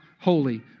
holy